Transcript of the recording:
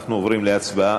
אנחנו עוברים להצבעה.